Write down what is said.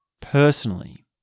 personally